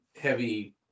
heavy